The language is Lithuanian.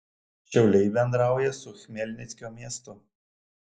šiauliai bendrauja su chmelnickio miestu